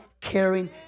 caring